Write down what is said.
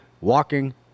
walking